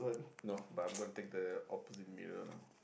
no but I'm gonna take the opposite mirror now